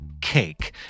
cake